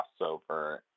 crossover